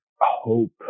hope